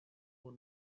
who